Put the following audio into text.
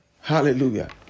hallelujah